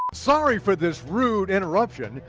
sorry for this rood interruption,